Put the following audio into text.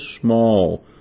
small